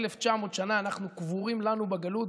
1,900 שנה אנחנו קבורים לנו בגלות,